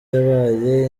yabaye